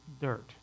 dirt